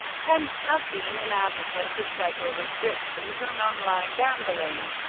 pence has been an advocate of federal restrictions on online gambling.